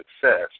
success